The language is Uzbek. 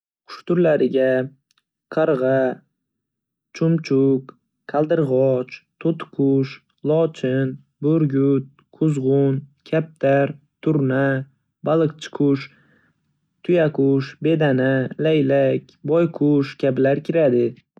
Qush turlariiga: Qarg'a, chumchuq, qaldirg'och, to'tiqush, lochin, burgut, quzg'un, kaptar, turna, baliqchi qush, tuyaqush, bedana, laylak, boyqush kabilar kiradi.